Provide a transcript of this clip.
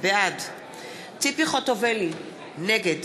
בעד ציפי חוטובלי, נגד